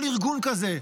כל ארגון כזה,